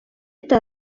это